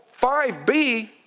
5B